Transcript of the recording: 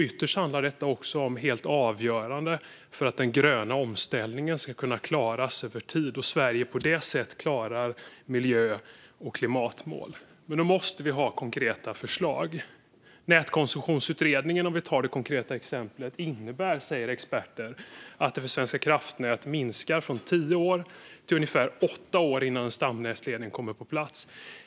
Ytterst är det också helt avgörande för att Sverige ska klara den gröna omställningen över tid och på det sättet nå miljö och klimatmålen. Men då måste vi ha konkreta förslag. Ett exempel är Nätkoncessionsutredningen. Den innebär, säger experter, att det för Svenska kraftnät minskar från tio år till ungefär åtta år innan en stamnätsledning kommer på plats.